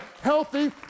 healthy